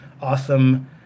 awesome